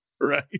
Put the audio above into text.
Right